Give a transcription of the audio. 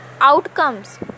outcomes